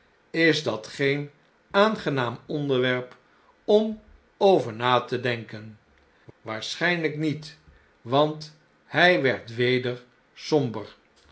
is dat geen aangenaam onderwerp om over na te denken waarschijnlijk niet want hn werd weder